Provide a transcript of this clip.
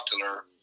popular